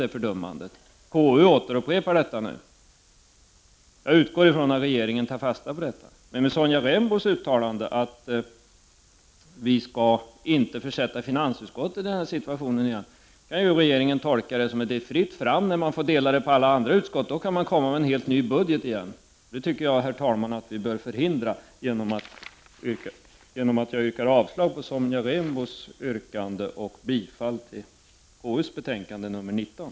KU upprepar denna kritik nu. Jag utgår från att regeringen tar fasta på detta, men med Sonja Rembos uttalande om att vi inte skall försätta finansutskottet i denna situation en gång till kan ju regeringen tolka det som om det är fritt fram om den får dela det på alla andra utskott. Då kan man komma med en helt ny budget. Det tycker jag att vi bör förhindra, herr talman, genom att jag yrkar avslag på Sonja Rembos yrkande och bifall till KU:s betänkande nr 19.